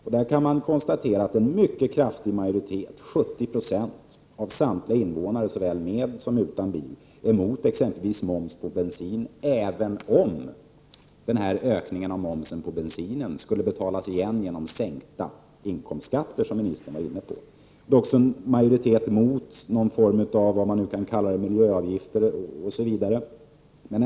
Man kunde konstatera att en mycket kraftig majoritet — 70 70 — av samtliga invånare såväl med som utan bil är emot exempelvis moms på bensin, även om den momshöjningen skulle betalas igen genom sänkta inkomstskatter, som ministern var inne på. Det finns också en majoritet emot någon form av miljöavgifter eller vad man nu skulle kunna kalla det.